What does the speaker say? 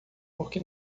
porque